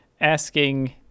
asking